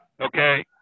Okay